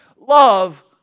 Love